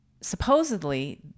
supposedly